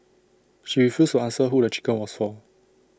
she refused to answer who the chicken was for